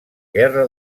guerra